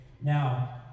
Now